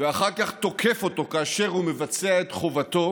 ואחר כך תוקף אותו כאשר הוא מבצע את חובתו,